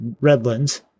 Redlands